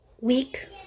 week